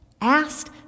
asked